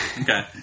Okay